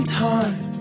time